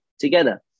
together